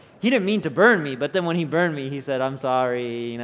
he didn't mean to burn me, but then when he burned me he said i'm sorry, you know